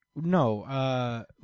No